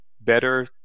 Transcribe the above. better